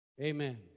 Amen